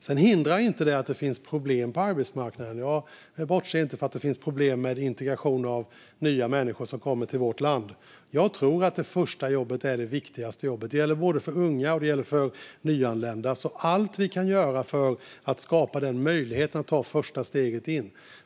Detta hindrar inte att det finns problem på arbetsmarknaden. Jag bortser inte från att det finns problem med integration av nya människor som kommer till vårt land. Jag tror att det första jobbet är det viktigaste jobbet; det gäller både för unga och för nyanlända. Vi måste därför göra allt vi kan för att skapa den möjligheten att ta första steget in.